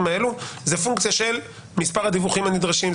האלו זו פונקציה של מספר הדיווחים הנדרשים,